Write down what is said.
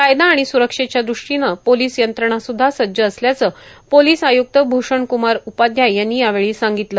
कायदा आणि सुरक्षेच्या दृष्टीनं पोलिस यंत्रणाना सुध्दा सज्ज असल्याचं पोलिस आय़क्त भ़षण कुमार उपाध्याय यांनी यावेळी सांगितलं